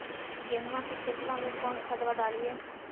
गेहुआ के खेतवा में कौन खदबा डालिए?